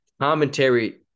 commentary